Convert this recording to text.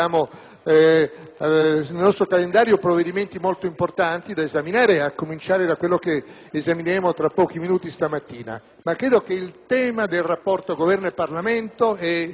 nel nostro calendario provvedimenti molto importanti da esaminare, a cominciare da quello che discuteremo tra pochi minuti; ritengo però che il tema del rapporto fra Governo e Parlamento sia